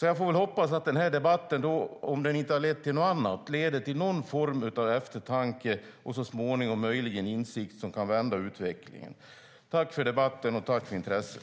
Jag får hoppas att den här debatten, om den inte har lett till något annat, leder till någon form av eftertanke och så småningom möjligen en insikt som kan vända utvecklingen. Tack för debatten och tack för intresset!